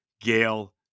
Gail